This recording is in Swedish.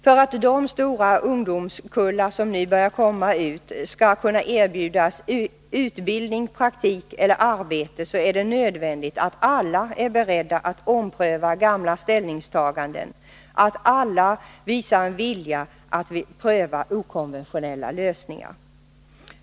För att de stora ungdomskullar som nu börjar komma ut skall kunna erbjudas utbildning, praktik eller arbete är det nödvändigt att alla är beredda att ompröva gamla ställningstaganden, att alla visar en vilja att pröva okonventionella lösningar.